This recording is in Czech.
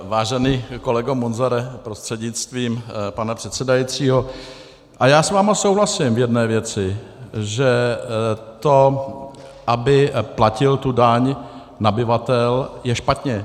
Vážený kolego Munzare prostřednictvím pana předsedajícího, já s vámi souhlasím v jedné věci, že to, aby platil tu daň nabyvatel, je špatně.